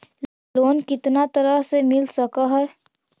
Loan कितना तरह से मिल सक है?